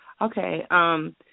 Okay